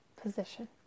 position